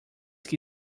que